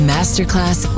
Masterclass